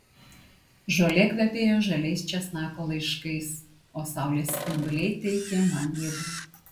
žolė kvepėjo žaliais česnako laiškais o saulės spinduliai teikė man jėgų